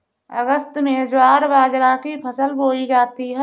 अगस्त में ज्वार बाजरा की फसल बोई जाती हैं